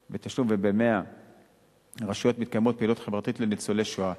וב-100 רשויות מתקיימות פעילויות חברתיות לניצולי השואה,